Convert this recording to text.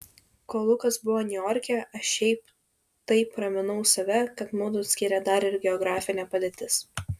kol lukas buvo niujorke aš šiaip taip raminau save kad mudu skiria dar ir geografinė padėtis